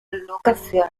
locación